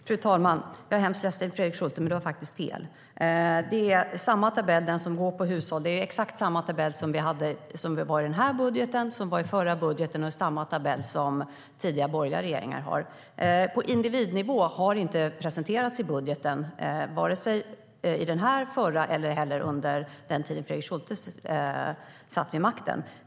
Fru talman! Jag är hemskt ledsen, men Fredrik Schulte har faktiskt fel. Det är när det gäller hushållen exakt samma tabell i den här budgeten som i den förra budgeten, och det är samma tabell som tidigare borgerliga regeringar har använt. Individnivå har inte presenterats i vare sig den här budgeten, den förra budgeten eller budgetar under den tid Fredrik Schultes parti satt vid makten.